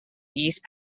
east